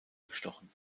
gestochen